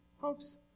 folks